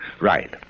Right